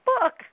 book